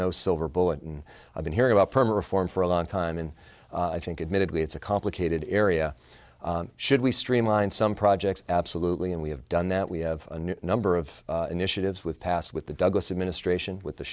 no silver bullet and i've been hearing about perma reform for a long time and i think admittedly it's a complicated area should we streamline some projects absolutely and we have done that we have a number of initiatives with passed with the douglas administration with the